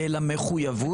אלא מחויבות.